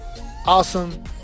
awesome